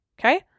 Okay